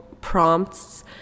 prompts